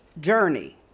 journey